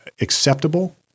acceptable